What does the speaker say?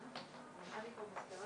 בלי לפגוע